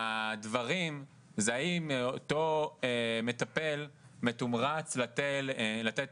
הדברים זעים מאותו מטפל מתומרץ לתת